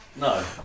no